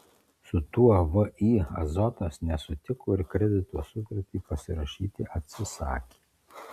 su tuo vį azotas nesutiko ir kredito sutartį pasirašyti atsisakė